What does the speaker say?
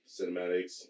cinematics